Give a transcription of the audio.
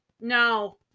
No